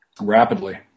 rapidly